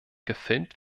gefilmt